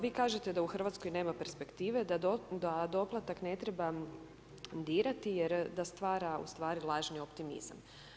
Vi kažete da u Hrvatskoj nema perspektive, da doplatak ne treba dirati jer da stvara u stvar lažni optimizam.